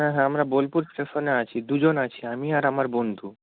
হ্যাঁ হ্যাঁ আমরা বোলপুর স্টেশনে আছি দুজন আছি আমি আর আমার বন্ধু